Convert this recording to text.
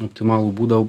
optimalų būdą